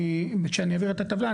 כשאני אעביר את הטבלה,